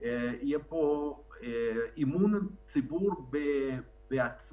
תהיה פה התערערות של אמון הציבור בעצמו,